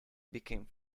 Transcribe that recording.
became